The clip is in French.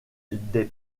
des